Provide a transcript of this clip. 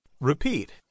Repeat